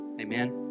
Amen